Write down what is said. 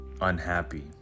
unhappy